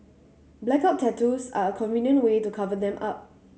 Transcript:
blackout tattoos are a convenient way to cover them up